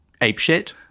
apeshit